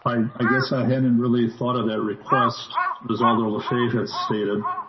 i i guess i hadn't really thought of that request as alder lefebvre has stated,